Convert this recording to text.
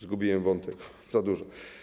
Zgubiłem wątek, za dużo.